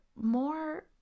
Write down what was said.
more